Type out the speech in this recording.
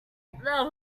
that